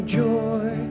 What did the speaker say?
joy